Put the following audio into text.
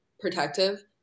protective